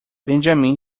benjamin